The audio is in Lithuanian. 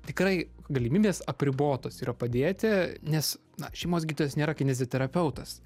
tikrai galimybės apribotos yra padėti nes na šeimos gydytojas nėra kineziterapeutas